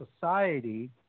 Society